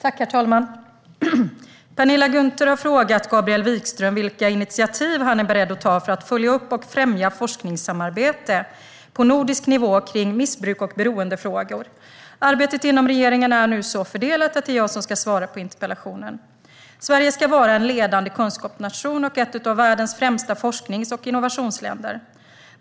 Herr talman! Pernilla Gunther har frågat Gabriel Wikström vilka initiativ han är beredd att ta för att följa upp och främja forskningssamarbete på nordisk nivå kring missbruk och beroendefrågor. Arbetet inom regeringen är nu så fördelat att det är jag som ska svara på interpellationen. Sverige ska vara en ledande kunskapsnation och ett av världens främsta forsknings och innovationsländer.